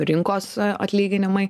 rinkos atlyginimai